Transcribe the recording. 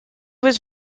was